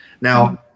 Now